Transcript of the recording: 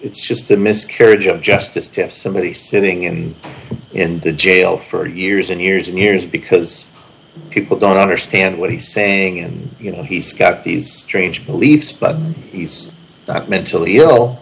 it's just a miscarriage of justice to have somebody sitting in in the jail for years and years and years because people don't understand what he's saying and you know he's got these strange beliefs but he's not mentally ill